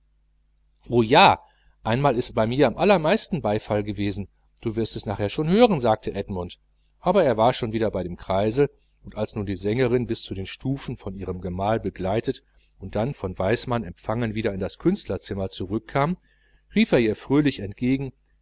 o ja einmal ist bei mir am allermeisten beifall gewesen du wirst es nachher schon hören sagte edmund war aber schon wieder bei dem kreisel und als nun die sängerin bis zu den stufen von ihrem gemahl geleitet und dann von weismann empfangen wieder in das künstlerzimmer zurückkam rief er ihr fröhlich entgegen